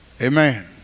Amen